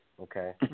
Okay